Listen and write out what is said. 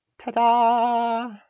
ta-da